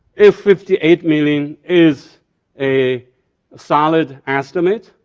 if fifty eight million is a solid estimate,